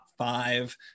five